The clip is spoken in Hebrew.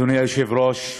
אדוני היושב-ראש,